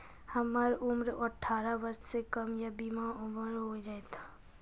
हमर उम्र अठारह वर्ष से कम या बीमा हमर हो जायत?